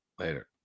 Later